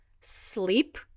sleep